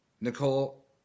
Nicole